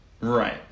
Right